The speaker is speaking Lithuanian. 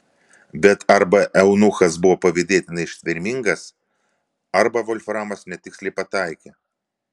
bet arba eunuchas buvo pavydėtinai ištvermingas arba volframas netiksliai pataikė